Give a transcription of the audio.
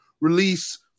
release